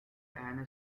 anna